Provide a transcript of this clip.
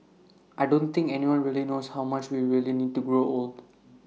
I don't think anyone really knows how much we really need to grow old